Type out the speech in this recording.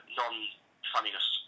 non-funniness